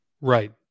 right